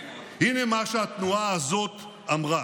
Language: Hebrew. הינה מה שהתנועה הזאת אמרה,